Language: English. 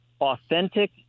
authentic